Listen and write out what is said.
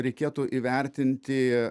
reikėtų įvertinti